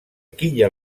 quilla